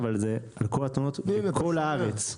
אבל זה על כל התאונות בכל הארץ.